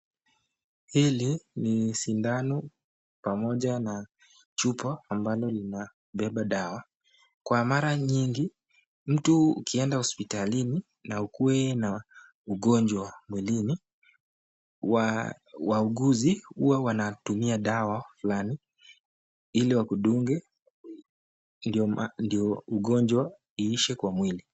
Hili ni shindano pamoja na chupa ambalo lina beba dawa. Kwa mara nyingi mtu ukienda hosipitalini na ukuwe na ugonjwa mwilini, wahuguzi huwa wanatumia dawa fulani ili wakudunge ndio ugonjwa iishe kwa mwili.